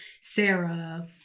Sarah